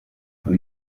von